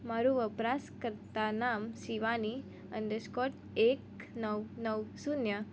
મારું વપરાશકર્તા નામ શિવાની અંડરસ્કોર એક નવ નવ શૂન્ય